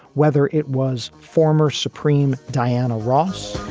whether it was former supreme diana ross